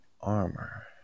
armor